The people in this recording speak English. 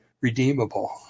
redeemable